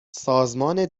سازمان